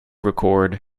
record